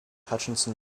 hutchison